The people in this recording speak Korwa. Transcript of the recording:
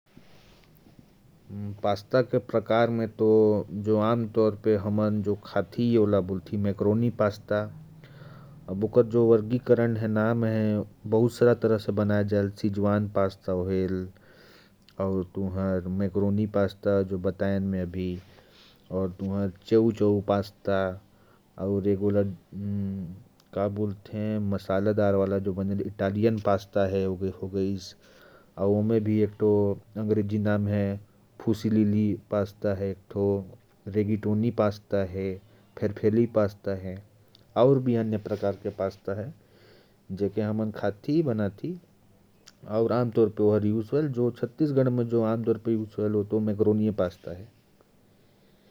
पास्ता के प्रकार में, जो हम आम तौर पर खाते हैं, उसे मैक्रोनी पास्ता बोलते हैं। इसका वर्गीकरण बहुत सारे प्रकारों में होता है। जैसे सिजवान पास्ता, और अभी मैक्रोनी पास्ता, और एक इटालियन पास्ता भी होता है। अंग्रेजी नाम में इसे 'फुंसी लीली पास्ता' कहा जाता है। और भी पास्ता हैं, जिन्हें हम खाते और बनाते हैं। आम तौर पर, छत्तीसगढ़ में मैक्रोनी पास्ता ही खाया जाता है।